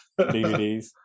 dvds